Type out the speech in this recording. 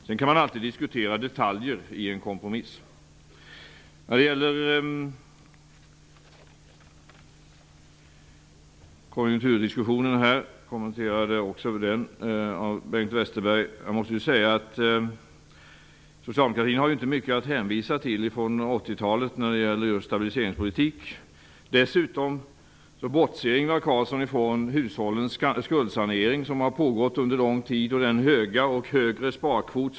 Sedan kan man alltid diskutera detaljer i en kompromiss. Bengt Westerberg kommenterade också konjukturdiskussionen. Socialdemokraterna har inte mycket att hänvisa till på 80-talet när det gäller stabiliseringspolitik. Dessutom bortser Ingvar Carlsson ifrån hushållens skuldsanering. Den har pågått under lång tid. Vi har fått en högre sparkvot.